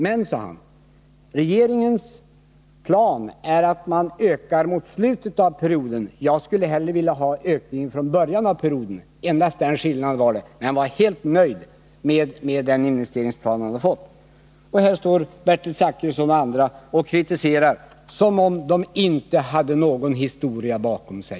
Han sade att regeringens plan innebär att man ökar mot slutet av perioden, men han skulle hellre vilja ha ökningen från början av perioden. Det var endast den skillnaden. Han var helt nöjd med den investeringsplan han hade fått. Och här står Bertil Zachrisson och andra och kritiserar som om de inte hade någon historia bakom sig.